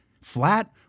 flat